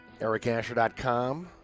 ericasher.com